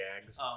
gags